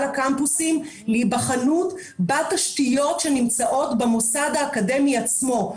לקמפוסים להיבחנות בתשתיות שנמצאות במוסד האקדמי עצמו.